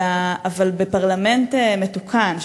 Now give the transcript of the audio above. אבל בפרלמנט מתוקן,